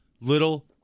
little